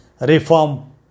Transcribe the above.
reform